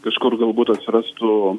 kažkur galbūt atsirastų